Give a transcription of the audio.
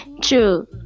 true